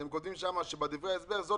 אתם כותבים שם בדברי הסבר: "זאת,